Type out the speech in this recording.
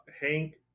Hank